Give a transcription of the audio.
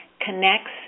connects